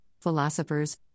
philosophers